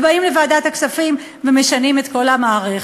ובאים לוועדת הכספים ומשנים את כל המערכת.